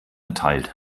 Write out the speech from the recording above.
erteilt